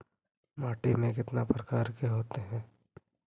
माटी में कितना प्रकार के होते हैं?